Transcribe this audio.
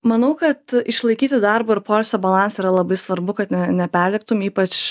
manau kad išlaikyti darbo ir poilsio balansą yra labai svarbu kad neperdegtum ypač